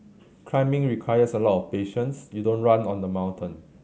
climbing requires a lot of patience you don't run on the mountain